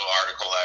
article